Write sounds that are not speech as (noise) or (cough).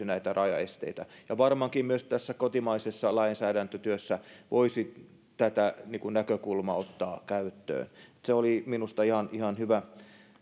(unintelligible) näitä rajaesteitä varmaankin myös tässä kotimaisessa lainsäädäntötyössä voisi tätä näkökulmaa ottaa käyttöön se oli minusta ihan hyvä